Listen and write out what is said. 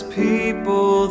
people